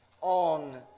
on